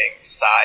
side